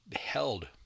held